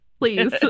please